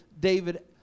David